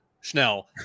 Schnell